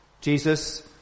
Jesus